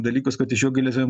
dalykus kad iš jų galėtumėm